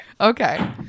Okay